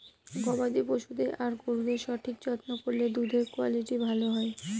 গবাদি পশুদের আর গরুদের সঠিক যত্ন করলে দুধের কুয়ালিটি ভালো হয়